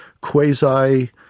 quasi